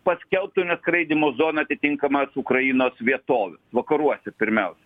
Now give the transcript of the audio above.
paskelbtų neskraidymo zona atitinkamas ukrainos vietov vakaruose pirmiausia